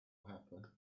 happen